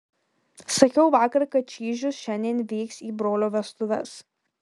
sakiau vakar kad čyžius šiandien vyks į brolio vestuves